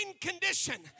condition